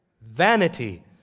Vanity